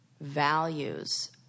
values